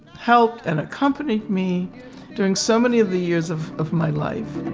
helped and accompany me during so many of the years of of my life